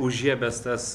užžiebęs tas